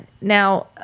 now